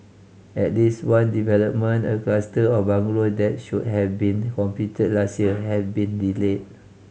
at least one development a cluster of bungalow that should have been completed last year have been delayed